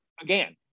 again